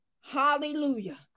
Hallelujah